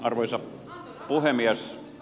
arvoisa puhemies